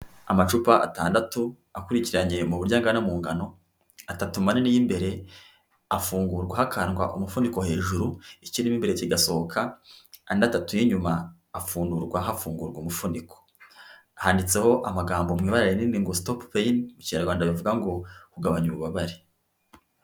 Amacupa atandatu, akurikiranye mu buryo angana mu ngano, atatu manini y'imbere afungurwa hakandwa umufuniko hejuru, ikirimo imbere kigasohoka, andi atatu y'inyuma afungurwa hafungurwa umufuniko, handitseho amagambo mu ibara rinini ngo stop pain, mu kinyarwanda bivuga ngo kugabanya ububabare.